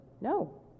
No